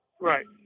Right